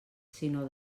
sinó